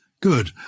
Good